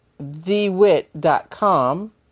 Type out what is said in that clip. thewit.com